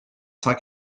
cent